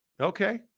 Okay